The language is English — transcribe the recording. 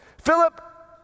Philip